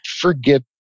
forget